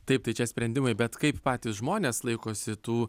taip tai čia sprendimai bet kaip patys žmonės laikosi tų